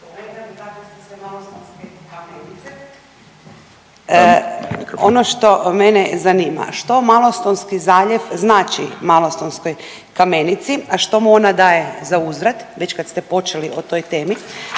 ono što mene zanima što Malostonski zaljev znači malostonskoj kamenici, a što mu ona daje za uzvrat već kad ste počeli o toj temi